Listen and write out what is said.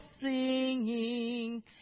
singing